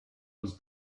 was